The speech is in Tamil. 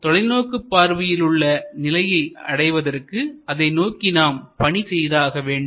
நமது தொலைநோக்கு பார்வையில் உள்ள நிலையை அடைவதற்கு அதை நோக்கி நாம் பணி செய்தாக வேண்டும்